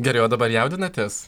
gerai o dabar jaudinatės